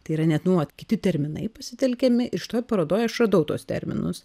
tai yra net nu vat kiti terminai pasitelkiami ir šitoj parodoj aš radau tuos terminus